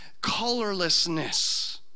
colorlessness